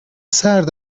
سرد